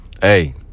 Hey